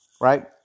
right